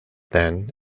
then